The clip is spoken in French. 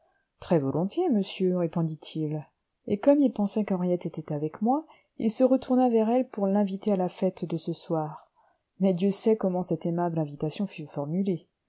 très-volontiers monsieur répondit-il et comme il pensait qu'henriette était avec moi il se retourna vers elle pour l'inviter à la fête de ce soir mais dieu sait comment cette aimable invitation fut formulée